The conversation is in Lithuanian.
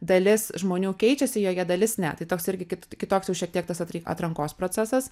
dalis žmonių keičiasi joje dalis ne tai toks irgi ki kitoks jau šiek tiek tas pats atrankos procesas